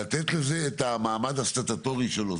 לתת לזה את המעמד הסטטוטורי שלו,